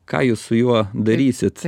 ką jūs su juo darysit